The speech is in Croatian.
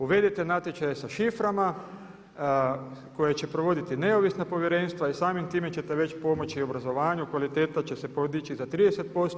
Uvedite natječaje sa šiframa koje će provoditi neovisna povjerenstva i samim time ćete već pomoći obrazovanju, kvaliteta će se podići za 30%